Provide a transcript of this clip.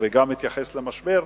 גם התייחס למשבר,